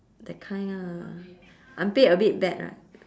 that kind ah unpaid a bit bad right